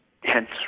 hence